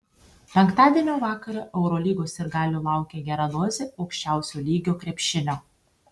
penktadienio vakarą eurolygos sirgalių laukia gera dozė aukščiausio lygio krepšinio